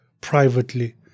privately